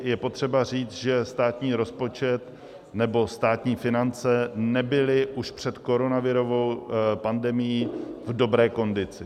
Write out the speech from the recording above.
Je potřeba říct, že státní rozpočet, nebo státní finance nebyly už před koronavirovou pandemií v dobré kondici.